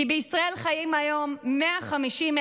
כי בישראל חיים היום 150,000,